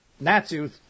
Natsu